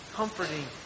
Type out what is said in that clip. comforting